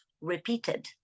repeated